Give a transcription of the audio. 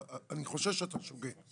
אני חושש שאתה שוגה.